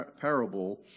parable